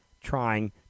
trying